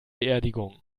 beerdigung